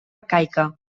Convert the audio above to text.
arcaica